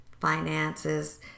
finances